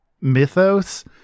Mythos